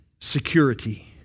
security